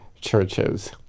churches